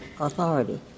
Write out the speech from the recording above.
authority